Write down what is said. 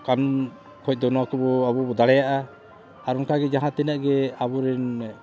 ᱠᱟᱹᱱᱩᱱ ᱠᱷᱚᱡ ᱫᱚ ᱱᱚᱣᱟ ᱠᱚᱵᱚᱱ ᱟᱵᱚ ᱵᱚᱱ ᱫᱟᱲᱮᱭᱟᱜᱼᱟ ᱟᱨ ᱚᱱᱠᱟᱜᱮ ᱡᱟᱦᱟᱸ ᱛᱤᱱᱟᱹᱜ ᱜᱮ ᱟᱵᱚᱨᱮᱱ